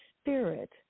spirit